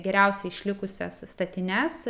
geriausiai išlikusias statines